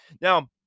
now